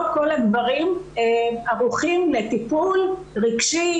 לא כל הדברים ערוכים לטיפול רגשי,